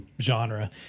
genre